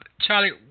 Charlie